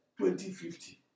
2050